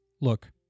Look